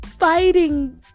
Fighting